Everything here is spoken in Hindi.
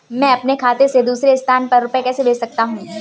मैं अपने बैंक खाते से दूसरे स्थान पर रुपए कैसे भेज सकता हूँ?